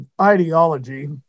ideology